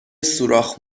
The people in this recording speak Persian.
سوراخ